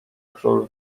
król